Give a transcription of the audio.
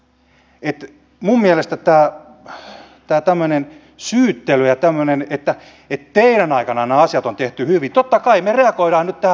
minun mielestäni tämä tämmöinen syyttely ja tämmöinen että teidän aikana nämä asiat on tehty hyvin totta kai me reagoimme nyt tähän hätään